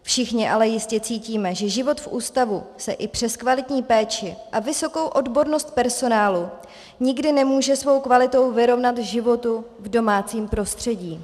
Všichni ale jistě cítíme, že život v ústavu se i přes kvalitní péči a vysokou odbornost personálu nikdy nemůže svou kvalitou vyrovnat životu v domácím prostředí.